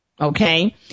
Okay